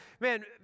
man